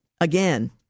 again